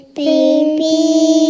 baby